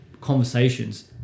conversations